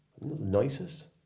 Nicest